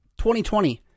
2020